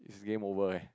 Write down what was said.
game over eh